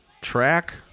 Track